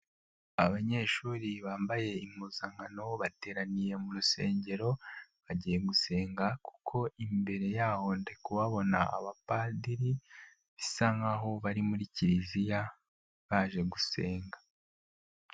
Abanyeshuri bambaye impuzankano, bateraniye mu rusengero ,bagiye gusenga kuko imbere yaho ndi kuhabona abapadiri ,bisa nkaho bari muri kiliziya baje gusenga.